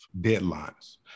deadlines